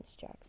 Jack